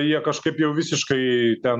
jie kažkaip jau visiškai ten